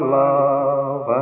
love